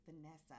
Vanessa